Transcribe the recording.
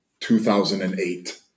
2008